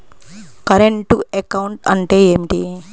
Current account అంటే ఏమిటి?